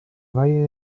valle